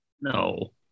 No